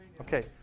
Okay